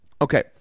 Okay